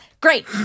Great